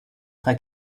drei